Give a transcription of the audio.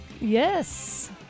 Yes